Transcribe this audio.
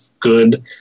good